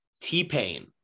T-Pain